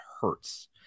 hurts